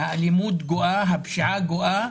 האלימות גואה, הפשיעה גואה.